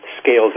scales